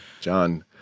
John